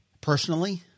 personally